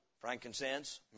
frankincense